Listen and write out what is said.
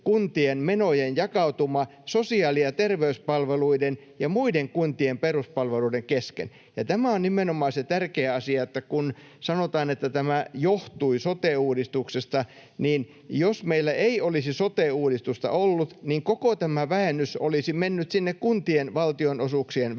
kuntien menojen jakautuma sosiaali- ja terveyspalveluiden ja muiden kuntien peruspalveluiden kesken. Ja tämä on nimenomaan se tärkeä asia, että kun sanotaan, että tämä johtui sote-uudistuksesta, niin jos meillä ei olisi sote-uudistusta ollut, koko tämä vähennys olisi mennyt sinne kuntien valtionosuuksien vähennyksiin.